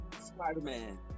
spider-man